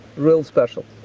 real special.